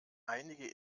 einige